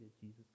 Jesus